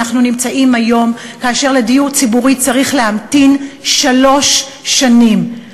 היום לדיור ציבורי צריך להמתין שלוש שנים.